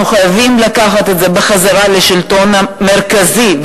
אנחנו חייבים להחזיר אותו לשלטון המרכזי,